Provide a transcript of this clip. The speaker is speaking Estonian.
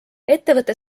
ettevõtte